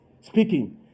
speaking